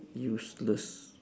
useless